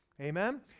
Amen